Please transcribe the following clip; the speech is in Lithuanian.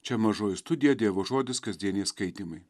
čia mažoji studija dievo žodis kasdieniai skaitymai